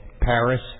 Paris